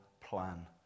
plan